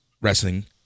wrestling